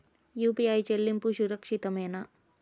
UPI చెల్లింపు సురక్షితమేనా?